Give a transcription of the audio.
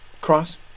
cross